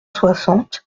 soixante